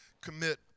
commit